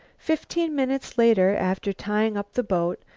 fifteen minutes later, after tying up the boat,